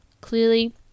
clearly